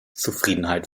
zufriedenheit